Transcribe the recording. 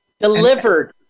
Delivered